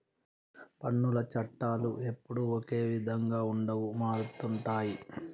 పన్నుల చట్టాలు ఎప్పుడూ ఒకే విధంగా ఉండవు మారుతుంటాయి